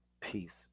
Peace